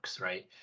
Right